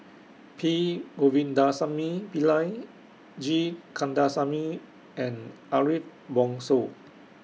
P Govindasamy Pillai G Kandasamy and Ariff Bongso